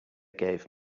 gave